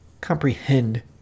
Comprehend